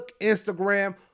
Instagram